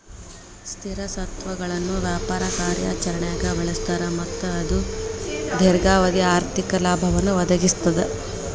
ಸ್ಥಿರ ಸ್ವತ್ತುಗಳನ್ನ ವ್ಯಾಪಾರ ಕಾರ್ಯಾಚರಣ್ಯಾಗ್ ಬಳಸ್ತಾರ ಮತ್ತ ಅದು ದೇರ್ಘಾವಧಿ ಆರ್ಥಿಕ ಲಾಭವನ್ನ ಒದಗಿಸ್ತದ